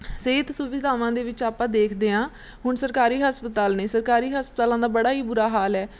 ਸਿਹਤ ਸੁਵਿਧਾਵਾਂ ਦੇ ਵਿੱਚ ਆਪਾਂ ਦੇਖਦੇ ਹਾਂ ਹੁਣ ਸਰਕਾਰੀ ਹਸਪਤਾਲ ਨੇ ਸਰਕਾਰੀ ਹਸਪਤਾਲਾਂ ਦਾ ਬੜਾ ਹੀ ਬੁਰਾ ਹਾਲ ਹੈ